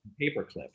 Paperclip